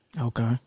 Okay